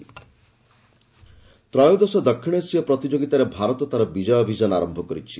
volleyball ତ୍ରୟୋଦଶ ଦକ୍ଷିଣ ଏସୀୟ ପ୍ରତିଯୋଗିତାରେ ଭାରତ ତା'ର ବିଜୟ ଅଭିଯାନ ଆରମ୍ଭ କରିଛି